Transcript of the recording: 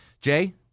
Jay